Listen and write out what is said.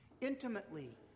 intimately